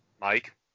Mike